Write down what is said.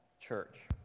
church